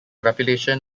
reputation